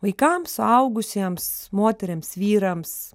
vaikams suaugusiems moterims vyrams